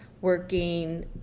working